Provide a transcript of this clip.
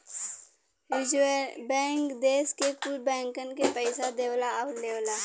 रीजर्वे bank देस के कुल बैंकन के पइसा देवला आउर लेवला